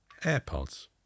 AirPods